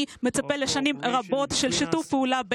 אני מצפה לשנים רבות של שיתוף פעולה בינינו,